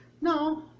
No